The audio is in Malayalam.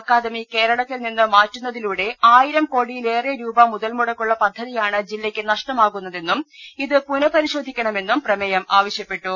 അക്കാദമി കേരളത്തിൽ നിന്ന് മാ റ്റുന്നതിലൂടെ ആയിരം കോടിയിലേറെ രൂപ മുതൽമുടക്കുള്ള പദ്ധതിയാണ് ജില്ലയ്ക്ക് നഷ്ടമാകുന്നതെന്നും ഇത് പുനഃപരി ശോധിക്കണമെന്നും പ്രമേയം ആവശ്യപ്പെട്ടു